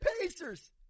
Pacers